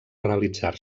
realitzar